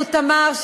תמר,